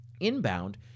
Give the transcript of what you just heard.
Inbound